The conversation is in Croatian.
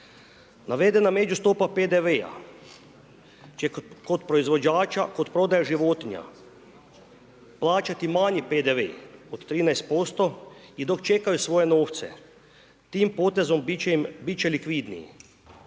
Navedena međustope PDV-a, će kod proizvođača, kod prodaje životinja plaćati manji PDV od 13% i dok čekaju svoje novce, tim potezom, biti će likvidniji.